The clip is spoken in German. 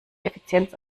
effizienz